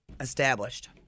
established